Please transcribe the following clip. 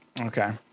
Okay